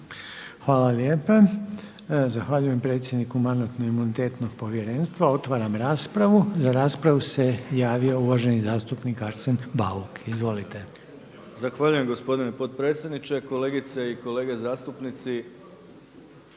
Hvala lijepa. Zahvaljujem predsjedniku Mandatno-imunitetno povjerenstva. Otvaram raspravu. Za raspravu se javio uvaženi zastupnik Arsen Bauk. Izvolite. **Bauk, Arsen (SDP)** Zahvaljujem gospodine potpredsjedniče. Kolegice i kolege zastupnici.